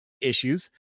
issues